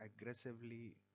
aggressively